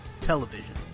television